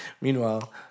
Meanwhile